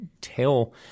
tell